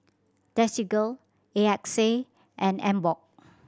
Desigual A X A and Emborg